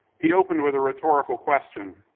he opened with a rhetorical question.